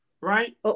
right